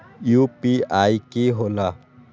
UPI कि होला?